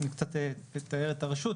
אני קצת אתאר את הרשות.